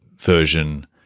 version